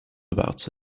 about